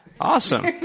awesome